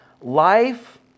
life